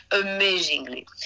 amazingly